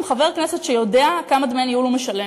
חבר כנסת שיודע כמה דמי ניהול הוא משלם,